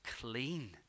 clean